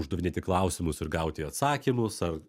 uždavinėti klausimus ir gauti atsakymus ar